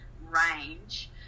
range